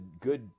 good